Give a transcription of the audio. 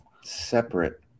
Separate